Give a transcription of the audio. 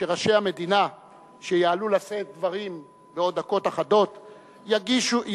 שראשי המדינה שיעלו לשאת דברים בעוד דקות אחדות ידגישו,